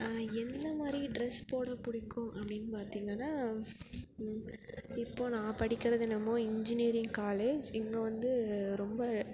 எந்த மாதிரி ட்ரெஸ் போட பிடிக்கும் அப்படின்னு பார்த்திங்கன்னா இப்போது நான் படிக்கிறது என்னம்மோ இன்ஜினியரிங் காலேஜ் இங்கே வந்து ரொம்ப